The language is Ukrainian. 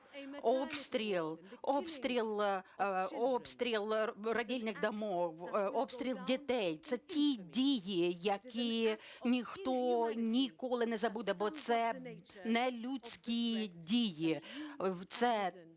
Обстріл пологових будинків, обстріл дітей – це ті дії, які ніхто ніколи не забуде, бо це нелюдські дії.